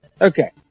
Okay